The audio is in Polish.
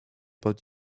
pod